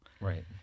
right